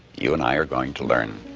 you and i are going to learn